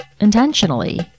intentionally